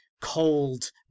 cold